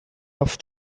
off